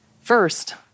First